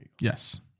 Yes